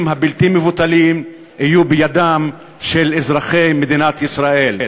הבלתי-מבוטלים יהיו בידם של אזרחי מדינת ישראל.